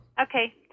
Okay